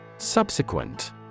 Subsequent